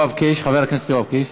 חבר הכנסת יואב קיש.